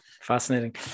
Fascinating